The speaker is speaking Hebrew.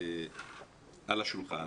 על השולחן,